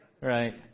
right